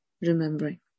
remembering